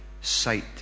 sight